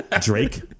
Drake